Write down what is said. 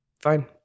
Fine